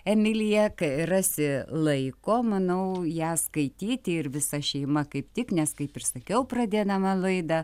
emilija kai rasi laiko manau ją skaityti ir visa šeima kaip tik nes kaip ir sakiau pradėdama laidą